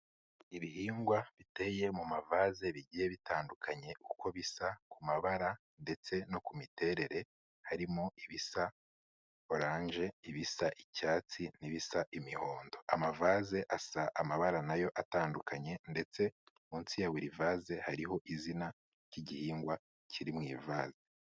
Ibihingwa biteye mu mavaze bigiye bitandukanye uko bisa ku mabara ndetse no ku miterere, harimo ibisa oranje, ibisa icyatsi n'ibisa imihondo. Amavaze asa amabara na yo atandukanye ndetse munsi ya buri vaze hariho izina ry'igihingwa kiri mu ivaze.